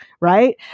right